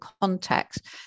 context